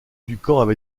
duncan